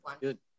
Good